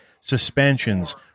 suspensions